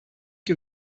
que